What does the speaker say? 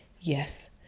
yes